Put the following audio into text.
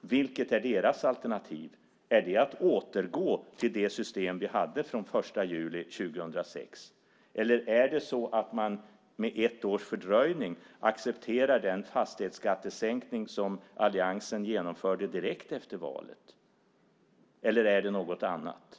vilket som är deras alternativ. Är det att återgå till det system vi hade från den 1 juli 2006? Eller är det så att man med ett års fördröjning accepterar den fastighetsskattesänkning som alliansen genomförde direkt efter valet? Eller är det något annat?